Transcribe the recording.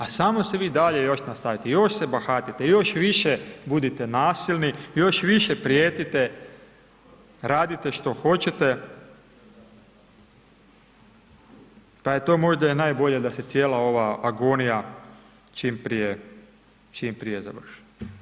A samo se vi dalje još nastavite, još se bahatite, još više budite nasilni, još više prijetite, radite što hoćete, pa je to možda i najbolje da se cijela ova agonija čim prije završi.